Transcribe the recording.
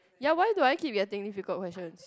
ya why do I keep getting difficult questions